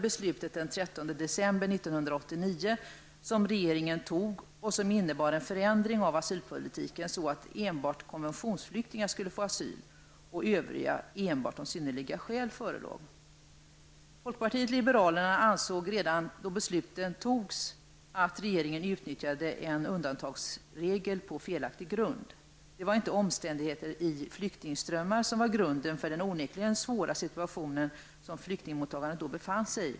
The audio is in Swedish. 1989 innebar en förändring av asylpolitiken så att enbart konventionsflyktingar skulle få asyl och övriga asylsökande enbart om synnerliga skäl förelåg. Folkpartiet liberalerna ansåg redan då beslutet fattades att regeringen utnyttjade en undantagsregel på felaktig grund. Det var inte omständigheter i flyktingströmmar som var grunden till den onekligen svåra situation som flyktingmottagandet då befann sig i.